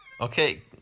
Okay